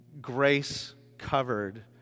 grace-covered